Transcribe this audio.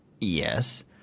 Yes